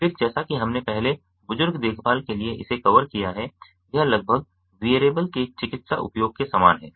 फिर जैसा कि हमने पहले बुजुर्ग देखभाल के लिए इसे कवर किया है यह लगभग विअरेबल के चिकित्सा उपयोग के समान है